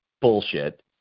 bullshit